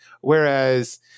Whereas